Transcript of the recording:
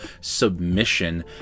submission